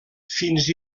fins